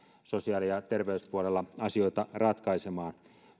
sosiaali ja terveyspuolella asioita ratkaisemaan